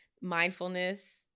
mindfulness